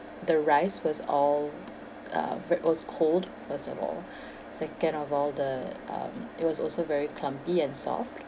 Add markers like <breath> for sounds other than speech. the rice was all uh ve~ was cold first of all <breath> second of all the um it was also very clumpy and soft